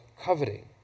coveting